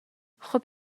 خوب